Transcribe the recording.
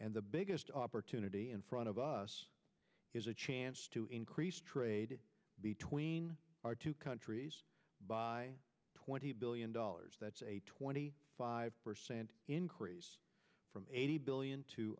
and the biggest opportunity in front of us is a chance to increase trade between our two countries by twenty billion dollars that's a twenty five percent increase from eighty billion to